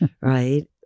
right